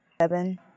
Seven